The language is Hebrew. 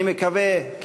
אני מקווה כי